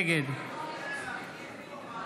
נגד